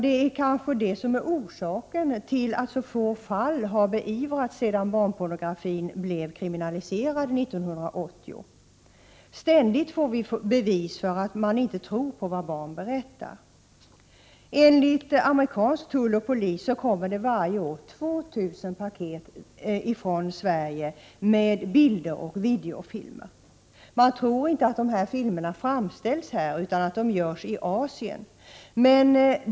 Det kanske är orsaken till att så få fall har beivrats sedan barnpornografi blev kriminaliserad 1980. Vi får ständigt bevis för att man inte tror på vad barn berättar. Enligt amerikansk tull och polis kommer varje år 2 000 paket från Sverige med bilder och videofilmer. Man tror inte att dessa filmer framställs här, utan att de görs i Asien.